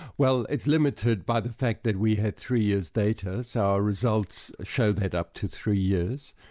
well, it's limited by the fact that we had three years data, so our results showed that up to three years,